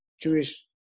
Jewish